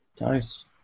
Nice